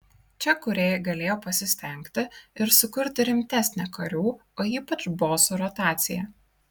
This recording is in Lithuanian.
čia kūrėjai galėjo pasistengti ir sukurti rimtesnę karių o ypač bosų rotaciją